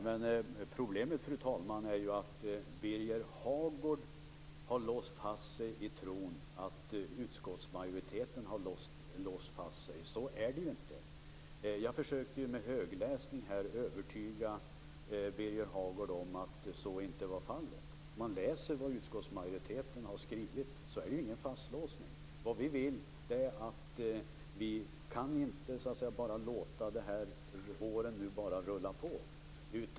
Fru talman! Problemet är att Birger Hagård har låst fast sig i tron att utskottsmajoriteten har låst fast sig. Så är det inte. Jag försökte att med hjälp av högläsning övertyga Birger Hagård om att så inte är fallet. Om man läser vad utskottsmajoriteten har skrivit ser man att det inte är fråga om en fastlåsning. Vi kan inte låta åren rulla på.